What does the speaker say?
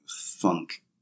funk